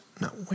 No